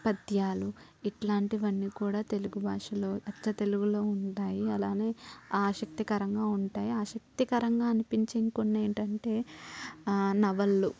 పద్యాలు ఇట్లాంటివన్ని కూడా తెలుగు భాషలో అచ్చ తెలుగులో ఉంటాయి అలానే ఆశక్తికరంగా ఉంటాయి ఆశక్తికరంగా అనిపించే ఇంకొన్ని ఏమిటంటే నవళ్ళు